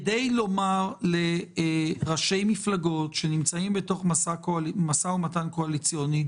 כדי לומר לראשי מפלגות שנמצאים בתוך משא ומתן קואליציוני: